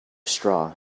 straw